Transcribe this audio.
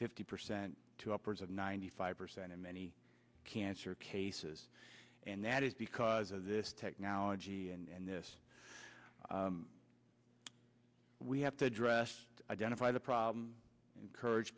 fifty percent to upwards of ninety five percent in many cancer cases and that is because of this technology and this we have to address identify the problem encourage